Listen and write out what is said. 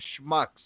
schmucks